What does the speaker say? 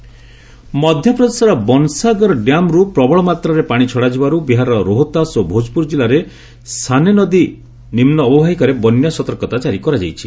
Bihar flood ମଧ୍ୟପ୍ରଦେଶର ବନସାଗର ଡ୍ୟାମ୍ରୁ ପ୍ରବଳମାତ୍ରାରେ ପାଣି ଛଡାଯିବାରୁ ବିହାରର ରୋହତାଶ ଓ ଭୋଜପୁର ଜିଲ୍ଲାର ସୋନେ ନଦୀ ନିମୁ ଅବବାହିକାରେ ବନ୍ୟା ସତର୍କତା କାରି କରାଯାଇଛି